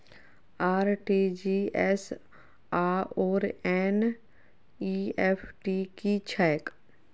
RTGS आओर NEFT की छैक?